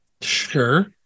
Sure